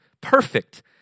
perfect